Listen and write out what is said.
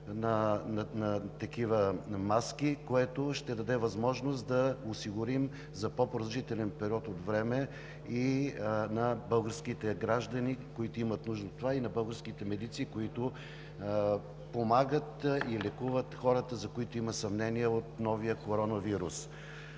на такива маски, което ще даде възможност да осигурим за по-продължителен период от време и българските граждани, които имат нужда от това, и българските медици, които помагат и лекуват хората, за които има съмнение от новия коронавирус.